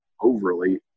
overly –